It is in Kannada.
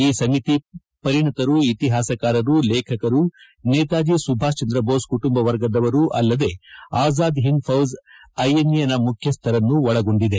ಈ ಸಮಿತಿ ಪರಿಣಿತರು ಇತಿಹಾಸಕಾರರು ಲೇಖಕರು ನೇತಾಜಿ ಸುಭಾಷ್ ಚಂದ್ರ ಬೋಸ್ ಕುಟುಂಬವರ್ಗದವರು ಅಲ್ಲದೆ ಆಝಾದ್ ಹಿಂದ್ ಫೌಜ್ ಐಎನ್ಎ ನ ಮುಖ್ಯಸ್ಠರನ್ನೂ ಒಳಗೊಂಡಿದೆ